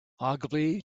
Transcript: ogilvy